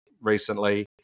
recently